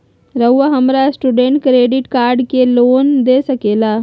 रहुआ हमरा student credit card के लिए लोन दे सके ला?